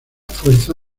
fuerza